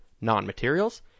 non-materials